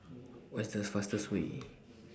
What's The fastest Way